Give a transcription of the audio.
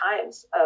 times